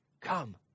come